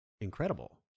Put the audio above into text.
incredible